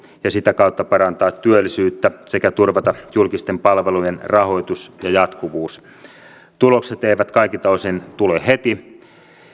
ja sitä kautta parantaa työllisyyttä sekä turvata julkisten palvelujen rahoitus ja jatkuvuus tulokset eivät kaikilta osin tule heti